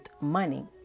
money